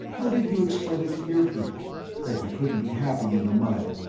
how did you explain it to your people that you couldn't be happy in the mud?